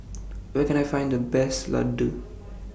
Where Can I Find The Best Laddu